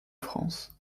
france